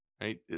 right